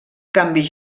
canvis